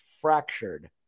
fractured